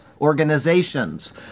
organizations